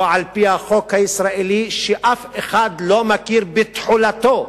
או על-פי החוק הישראלי שאף אחד לא מכיר בתחולתו.